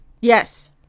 Yes